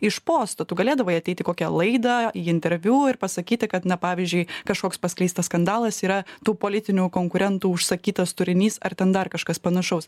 iš posto tu galėdavai ateit į kokią laidą į interviu ir pasakyti kad na pavyzdžiui kažkoks paskleistas skandalas yra tų politinių konkurentų užsakytas turinys ar ten dar kažkas panašaus